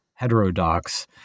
heterodox